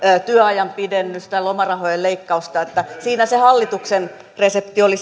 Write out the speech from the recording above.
työajan pidennystä lomarahojen leikkausta siinä se hallituksen resepti oli